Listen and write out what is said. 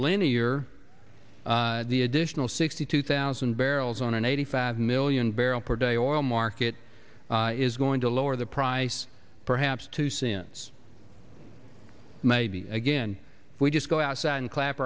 linear the additional sixty two thousand barrels on an eighty five million barrel per day or a market is going to lower the price perhaps two since maybe again we just go outside and clap